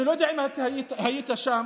אני לא יודע אם אתה היית שם,